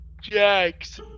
Jags